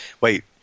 Wait